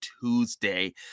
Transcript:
tuesday